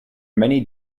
many